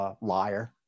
liar